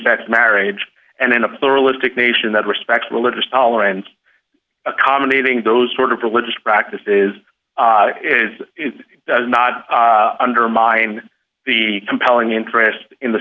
sex marriage and in a pluralistic nation that respects religious tolerance accommodating those sort of religious practices is it does not undermine the compelling interest in the